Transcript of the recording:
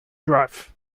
drive